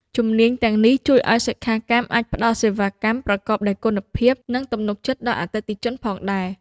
ជំនាញទាំងនេះជួយឱ្យសិក្ខាកាមអាចផ្តល់សេវាកម្មប្រកបដោយគុណភាព និងទំនុកចិត្តដល់អតិថិជនផងដែរ។